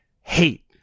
hate